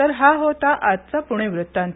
तर हा होता आजचा पुण वृतांत